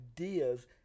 ideas